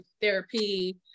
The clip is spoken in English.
therapy